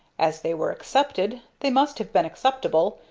as they were accepted, they must have been acceptable,